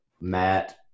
Matt